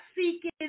seeking